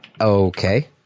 Okay